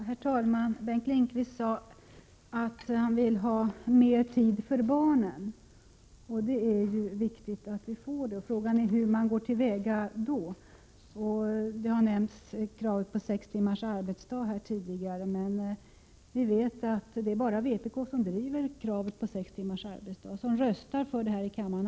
Herr talman! Bengt Lindqvist sade att han vill att föräldrarna skall ha mer tid för barnen, och det är ju riktigt. Frågan är hur man då går till väga. Här har tidigare nämnts kravet på sex timmars arbetsdag. Men vi vet att det bara är vpk som driver kravet på sex timmars arbetsdag, som röstar för det här i kammaren.